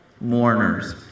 mourners